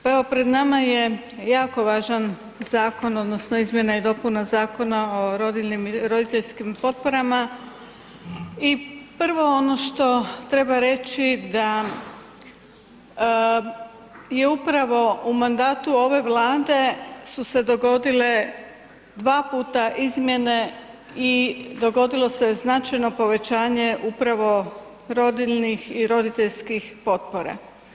Pa evo pred nama je jako važan zakon odnosno izmjena i dopuna Zakona o rodiljnim i roditeljskim potporama i prvo ono što treba reći da je upravo u mandatu ove Vlade su se dogodile 2 puta izmjene i dogodilo se je značajno povećanje upravo rodiljnih i roditeljskih potpora.